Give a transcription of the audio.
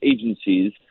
agencies